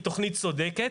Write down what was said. היא תוכנית צודקת,